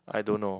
I don't know